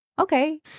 Okay